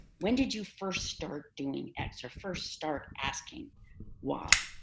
when did you first start doing x? or first start asking why?